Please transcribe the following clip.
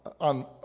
on